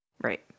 Right